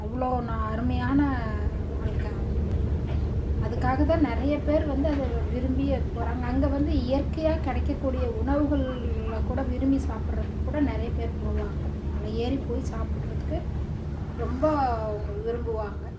அவ்வளோ நான் அருமையான வாழ்க்க அவங்களுது அதுக்காக தான் நிறைய பேர் வந்து அதை விரும்பி போகிறாங்க அங்கே வந்து இயற்கையாக கிடைக்கக் கூடிய உணவுகளில் கூட விரும்பி சாப்பிட்றதுக்கு கூட நிறைய பேர் போவாங்க மலை ஏறிப்போய் சாப்பிட்றதுக்கு ரொம்ப அவங்க விரும்புவாங்க